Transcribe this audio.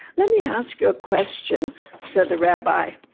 let me ask you a question said the rabbi,